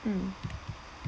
mm